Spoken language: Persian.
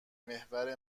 محور